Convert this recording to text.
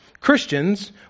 Christians